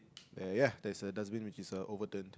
uh ya there's a dustbin which is uh overturned